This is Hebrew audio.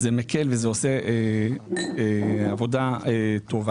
זה מקל וזה עושה עבודה טובה.